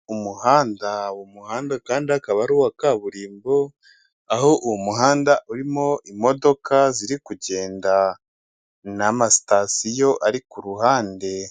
Umuhanda uwo muhanda kandi akaba ari uwa kaburimbo, aho uwo muhanda urimo imodoka ziri kugenda, n'amasitasiyo ari ku ruhande.